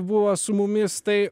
buvo su mumis tai